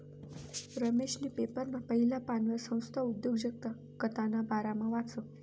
रमेशनी पेपरना पहिला पानवर संस्था उद्योजकताना बारामा वाचं